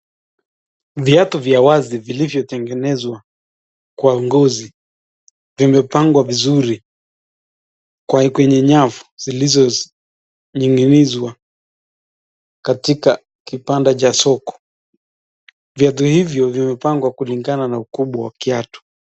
Viatu vya wazi vilivyotegenezwa kwa ngozi vimepangwa vizuri kwenye nyavu zilizoning'inizwa katika kibanda cha soko. Viatu hivyo vimepangwa kulingana na ukubwa wa kiatu.